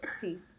peace